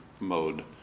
mode